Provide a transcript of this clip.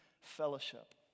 fellowship